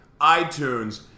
iTunes